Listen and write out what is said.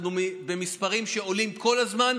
אנחנו במספרים שעולים כל הזמן,